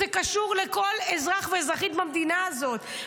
זה קשור לכל אזרח ואזרחית במדינה הזאת.